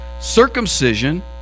circumcision